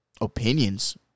opinions